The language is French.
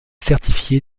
certifié